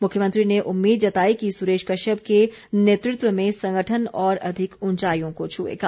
मुख्यमंत्री ने उम्मीद जताई कि सुरेश कश्यप के नेतृत्व में संगठन और अधिक उंचाईयों को छुएगा